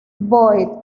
boyd